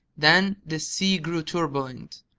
then the sea grew turbulent,